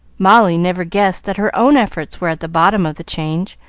molly never guessed that her own efforts were at the bottom of the change,